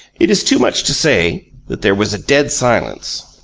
it is too much to say that there was a dead silence.